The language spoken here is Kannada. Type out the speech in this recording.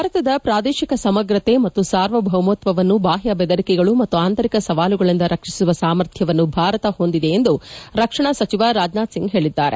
ಭಾರತದ ಪ್ರಾದೇಶಿಕ ಸಮಗ್ರತೆ ಮತ್ತು ಸಾರ್ವಭೌಮತ್ವವನ್ನು ಬಾಹ್ಯ ಬೆದರಿಕೆಗಳು ಮತ್ತು ಆಂತರಿಕ ಸವಾಲುಗಳಿಂದ ರಕ್ಷಿಸುವ ಸಾಮರ್ಥ್ಯವನ್ನು ಭಾರತ ಹೊಂದಿದೆ ಎಂದು ರಕ್ಷಣಾ ಸಚಿವ ರಾಜನಾಥ್ ಸಿಂಗ್ ಹೇಳಿದ್ದಾರೆ